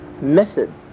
method